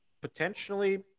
Potentially